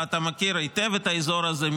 ואתה מכיר היטב את האזור הזה,